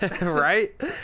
right